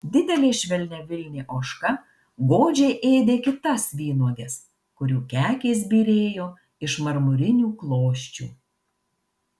didelė švelniavilnė ožka godžiai ėdė kitas vynuoges kurių kekės byrėjo iš marmurinių klosčių